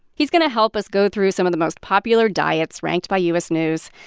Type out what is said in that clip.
he's going to help us go through some of the most popular diets ranked by u s. news,